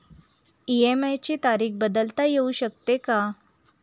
EMI ची तारीख बदलता येऊ शकते का?